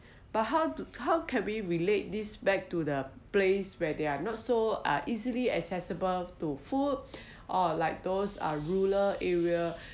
but how to how can we relate this back to the place where they are not so are easily accessible to food or like those are rural areas